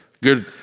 good